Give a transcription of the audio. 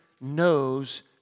knows